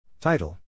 Title